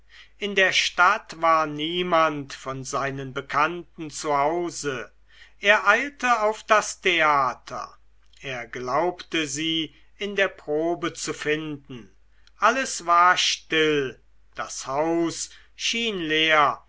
in der stadt war niemand von seinen bekannten zu hause er eilte auf das theater er glaubte sie in der probe zu finden alles war still das haus schien leer